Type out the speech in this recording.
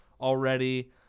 already